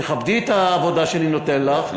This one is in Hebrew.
תכבדי את העבודה שאני נותן לך, בהחלט.